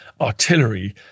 artillery